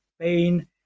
pain